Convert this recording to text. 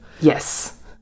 Yes